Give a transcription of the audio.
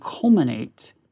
culminate